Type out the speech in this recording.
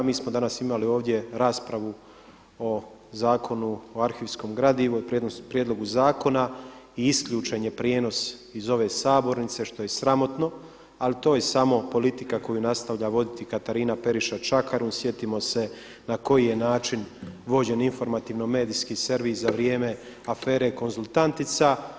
Mi smo danas imali ovdje raspravu o Zakonu o arhivskom gradivu i prijedlogu zakona i isključen je prijenos iz ove sabornice što je i sramotno ali to je samo politika koju nastavlja voditi Katarina Periša Čakarun, sjetimo se na koji je način vođen informativno medijski servis za vrijeme afere konzultantica.